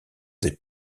des